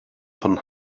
von